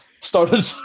started